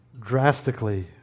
drastically